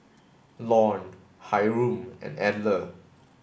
Lorne Hyrum and Edla